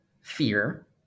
fear